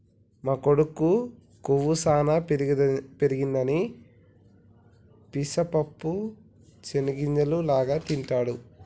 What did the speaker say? మా కొడుకు కొవ్వు సానా పెరగదని పిస్తా పప్పు చేనిగ్గింజల లాగా తింటిడు